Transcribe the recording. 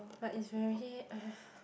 but it's very